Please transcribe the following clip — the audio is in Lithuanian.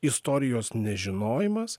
istorijos nežinojimas